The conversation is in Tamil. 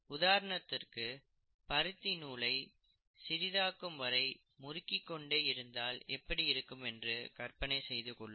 உதாரணத்திற்கு பருத்தி நூலை சிறிதாகும் வரை முறுக்கிக்கொண்டே இருந்தால் எப்படி இருக்கும் என்று கற்பனை செய்து கொள்ளுங்கள்